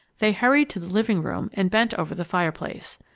they hurried to the living-room and bent over the fireplace.